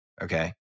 Okay